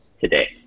today